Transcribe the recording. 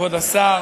כבוד השר,